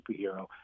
superhero